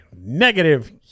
Negative